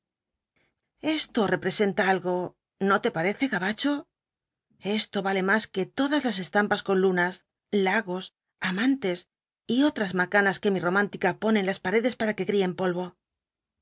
esto representa algo no te parece gabacho esto vale más que todas las estampas con lunas lagos amantes y otras macanas que mi romántica pone en las paredes para que críen polvo